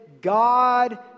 God